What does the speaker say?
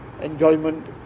enjoyment